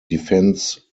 defense